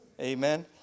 amen